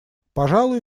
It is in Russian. пожалуй